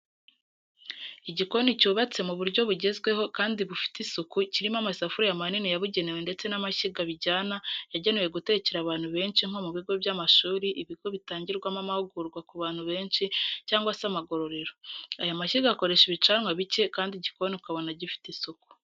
Igikoni cyubatse mu buryo bugezweho kandi bufite isuku kirimo amasafuriya manini yabugenewe ndetse n'amashyiga bijyana yagenewe gutekera abantu benshi nko mu bigo by'amashuri, ibigo bitangirwamo amahugurwa ku bantu benshi, cyangwa se amagororero , aya mashyiga akoresha ibicanwa bicye kandi igikoni ukabona gifite isuku.